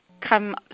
come